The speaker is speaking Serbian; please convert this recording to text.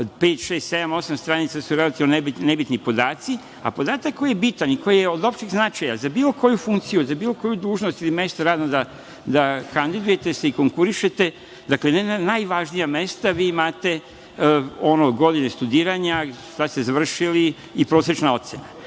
sedam, osam stranica gde su relativno nebitni podaci, a podatak koji je bitan i koji je od opšteg značaja za bilo koju funkciju, za bilo koju dužnost ili mesto da se kandidujete i konkurišete, dakle na najvažnija mesta, imate godine studiranja, šta ste završili i prosečna ocena. Mi